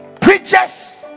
preachers